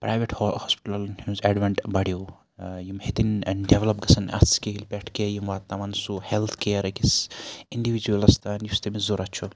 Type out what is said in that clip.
private ہوسپِٹَلَن ہنٛز advent بَڑیٚو یِم ہیٚتِنۍ ڈیٚولَپ گَژھٕنۍ اتھ سکیل پیٹھ کہِ یِم واتناوَن سُہ ہیٚلتھ کیر أکِس اِنڈِوِجوَلَس تانۍ یُس تٔمِس ضوٚرَتھ چھُ